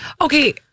Okay